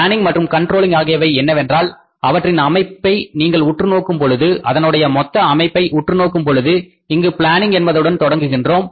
planning மற்றும் controlling ஆகியவை என்னவென்றால் அவற்றின் அமைப்பை நீங்கள் உற்று நோக்கும் பொழுது அதனுடைய மொத்த அமைப்பை உற்று நோக்கும் பொழுது இங்கு பிளானிங் என்பதுடன் தொடங்குகின்றோம்